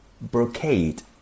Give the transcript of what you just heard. brocade